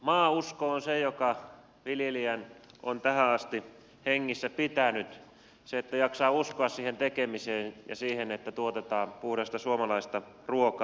maausko on se joka viljelijän on tähän asti hengissä pitänyt se että jaksaa uskoa siihen tekemiseen ja siihen että tuotetaan puhdasta suomalaista ruokaa